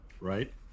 Right